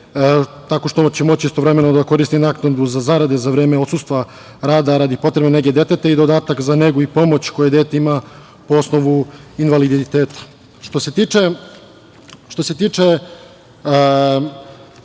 tako što će moći istovremeno da koristi naknadu za zarade za vreme odsustva sa rada radi potrebne nege deteta i dodatak za negu i pomoć koju dete ima po osnovu invaliditeta. Što se tiče samog